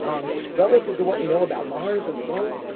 um relative to what we know about mars and the moon,